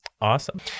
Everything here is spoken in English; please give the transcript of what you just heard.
Awesome